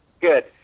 Good